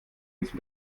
insel